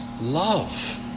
love